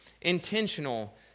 intentional